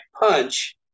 punch